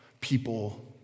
people